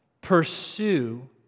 pursue